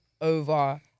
over